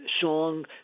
song